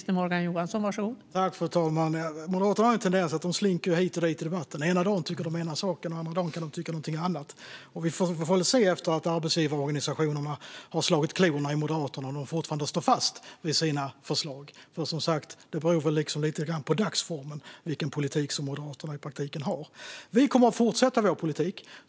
Fru talman! Moderaterna har en tendens att slinka hit och dit i debatten. Ena dagen tycker de ena saken, andra dagen kan de tycka någonting annat. Vi får väl se efter att arbetsgivarorganisationerna har slagit klorna i Moderaterna om de fortfarande står fast vid sina förslag. Det beror väl lite grann på dagsformen vilken politik som Moderaterna i praktiken har. Vi kommer att fortsätta vår politik.